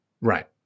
Right